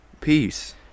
Peace